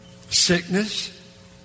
sickness